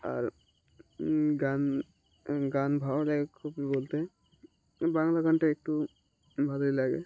আর গান গান ভালো লাগে খুবই বলতে বাংলা গানটা একটু ভালোই লাগে